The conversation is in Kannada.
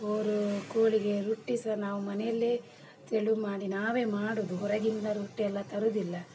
ಕೋರಿ ಕೋಳಿಗೆ ರೊಟ್ಟಿ ಸಹ ನಾವು ಮನೆಯಲ್ಲೇ ತೆಳು ಮಾಡಿ ನಾವೇ ಮಾಡುವುದು ಹೊರಗಿಂದ ರೊಟ್ಟಿಯೆಲ್ಲ ತರುವುದಿಲ್ಲ